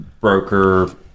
broker